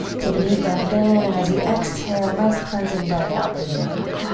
take a deep breath in and as you exhale nice cleansing breath out through the mouth.